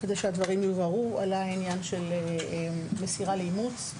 כדי שהדברים יובהרו על העניין של מסירה לאימוץ.